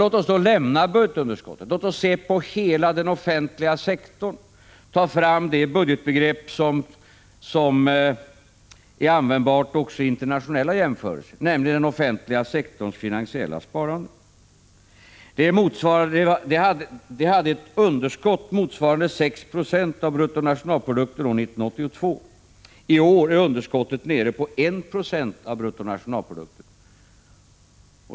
Låt oss då lämna budgetunderskottet och se på hela den offentliga sektorn och det budgetbegrepp som är användbart också i internationella jämförelser, nämligen den offentliga sektorns finansiella sparande. Det hade 1982 ett underskott motsvarande 6 26 av bruttonationalprodukten. I år är underskottet nere på 1 96 av bruttonationalprodukten.